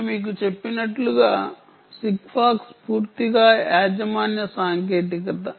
నేను మీకు చెప్పినట్లుగా సిగ్ఫాక్స్ పూర్తిగా యాజమాన్య సాంకేతికత